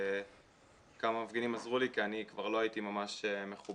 אני ניסיתי לעשות את זה בימים האחרונים מכל העדויות ש- -- אם אתה יכול